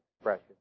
expression